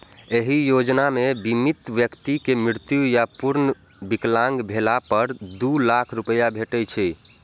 एहि योजना मे बीमित व्यक्ति के मृत्यु या पूर्ण विकलांग भेला पर दू लाख रुपैया भेटै छै